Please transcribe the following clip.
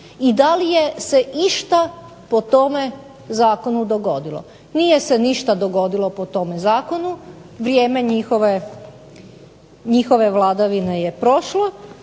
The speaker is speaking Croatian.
i da li je se išta po tome zakonu dogodilo? Nije se ništa dogodilo po tome zakonu, vrijeme njihove vladavine je prošlo,e